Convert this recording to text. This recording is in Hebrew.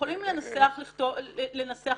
יכולים לכתוב דבר כזה,